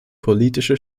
politische